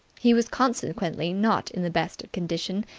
he was consequently not in the best of condition,